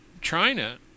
China